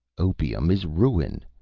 opium is ruin,